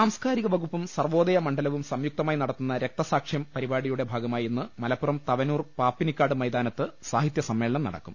സാംസ് കാരിക വകുപ്പും സർവോദയ മണ്ഡലവും സംയുക്തമായി നടത്തുന്ന രക്തസാക്ഷ്യം പരിപാടിയുടെ ഭാഗമായി ഇന്ന് മലപ്പുറം തവനൂർ പാപ്പിനിക്കാട് മൈതാനത്ത് സാഹിത്യ സമ്മേളനം നടക്കും